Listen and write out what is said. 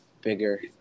bigger